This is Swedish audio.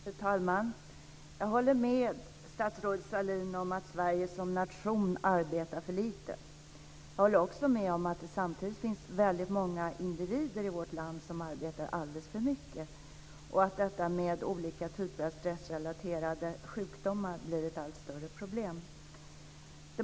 Fru talman! Jag håller med statsrådet Sahlin om att Sverige som nation arbetar för lite. Jag håller också med om att det samtidigt finns väldigt många individer i vårt land som arbetar alldeles för mycket och att detta med olika typer av stressrelaterade sjukdomar blir ett allt större problem.